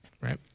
right